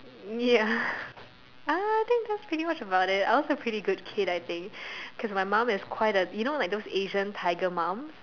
ya uh I think that's pretty much about it I was a pretty good kid I think cause my mum is quite a you know like those Asian tiger mums